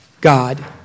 God